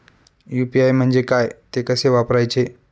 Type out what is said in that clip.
UPI म्हणजे काय, ते कसे वापरायचे?